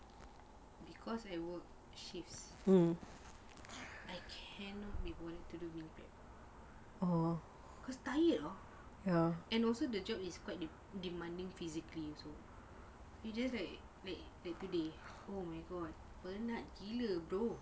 because I work shifts I cannot be bothered to shop cause tired and also the job is quite demanding physically also you just like like like today oh my god penat gila bro